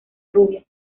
rubias